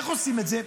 איך עושים את זה?